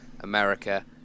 America